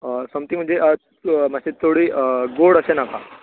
something म्हणजे मात्शें चडूय गोड अशें नाका